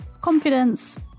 confidence